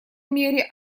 мере